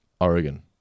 Oregon